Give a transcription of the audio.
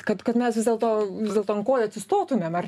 kad kad mes vis dėlto vis dėlto ant kojų atsistotumėm ar